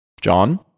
John